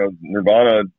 Nirvana